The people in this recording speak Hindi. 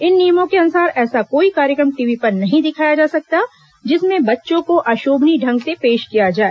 इन नियमों के अनुसार ऐसा कोई कार्यक्रम टीवी पर नहीं दिखाया जा सकता जिसमें बच्चों को अशोभनीय ढंग से पेश किया जाए